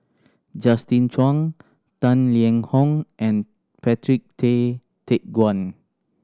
Justin Zhuang Tang Liang Hong and Patrick Tay Teck Guan